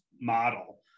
model